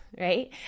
right